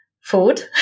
food